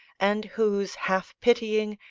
and whose half-pitying,